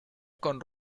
con